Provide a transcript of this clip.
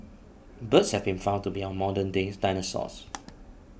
birds have been found to be our modern day dinosaurs